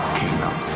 kingdom